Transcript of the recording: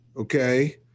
Okay